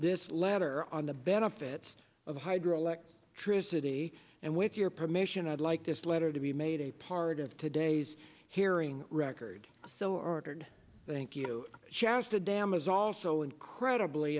this letter on the benefits of hydroelectricity and with your permission i'd like this letter to be made a part of today's hearing record so ordered thank you shasta dam is also incredibly